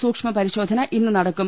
സൂക്ഷ്മ പരിശോധന ഇന്ന് നട ക്കും